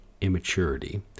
Immaturity